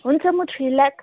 हुन्छ म three lack